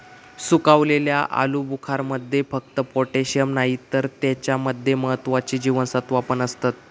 सुखवलेल्या आलुबुखारमध्ये फक्त पोटॅशिअम नाही तर त्याच्या मध्ये महत्त्वाची जीवनसत्त्वा पण असतत